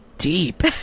Deep